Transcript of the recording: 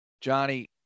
Johnny